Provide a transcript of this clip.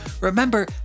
Remember